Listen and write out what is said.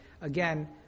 again